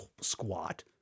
squat